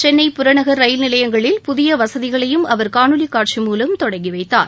சென்னை புறநகர் ரயில் நிலையங்களில் புதிய வசதிகளையும் அவர் காணொலி காட்சி மூலம் தொடங்கினார்